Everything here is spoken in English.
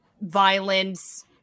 violence